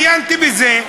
עיינתי בזה,